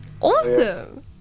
Awesome